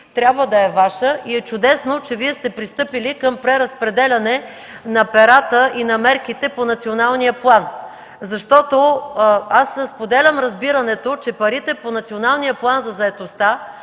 трябва да е Ваша. Чудесно е, че сте пристъпили към преразпределяне на перата и мерките по националния план. Споделям разбирането, че парите по Националния план за действие